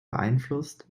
beeinflusst